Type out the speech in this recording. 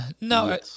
No